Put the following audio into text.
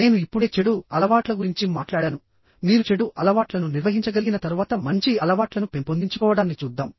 నేను ఇప్పుడే చెడు అలవాట్ల గురించి మాట్లాడాను మీరు చెడు అలవాట్లను నిర్వహించగలిగిన తర్వాత మంచి అలవాట్లను పెంపొందించుకోవడాన్ని చూద్దాం